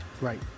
Right